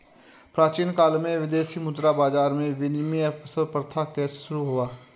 प्राचीन काल में विदेशी मुद्रा बाजार में विनिमय सर्वप्रथम कैसे शुरू हुआ?